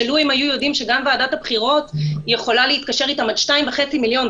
כשלו הם היו יודעים שוועדת הבחירות יכולה להתקשר גם איתם עד 2.5 מיליון,